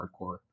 hardcore